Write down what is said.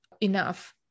enough